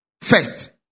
first